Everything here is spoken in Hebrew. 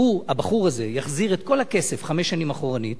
הבחור הזה יחזיר את כל הכסף חמש שנים אחורנית,